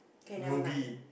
ruby